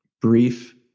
brief